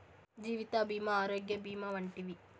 జీవిత భీమా ఆరోగ్య భీమా వంటివి